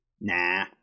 Nah